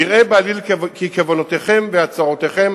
נראה בעליל כי כוונותיכם והצהרותיכם